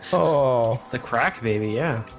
oh the crack baby. yeah